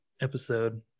episode